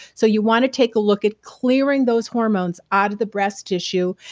so you want to take a look at clearing those hormones out of the breast tissue.